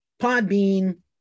Podbean